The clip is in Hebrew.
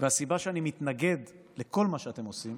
והסיבה שאני מתנגד לכל מה שאתם עושים